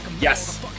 Yes